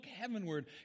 heavenward